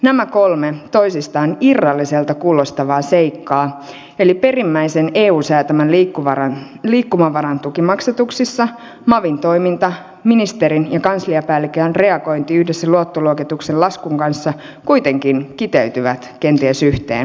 nämä kolme toisistaan irralliselta kuulostavaa seikkaa eli perimmäisen eun säätämän liikkumavaran tukimaksatuksissa mavin toiminta ministerin ja kansliapäällikön reagointi yhdessä luottoluokituksen laskun kanssa kuitenkin kiteytyvät kenties yhteen